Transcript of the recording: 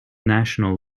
national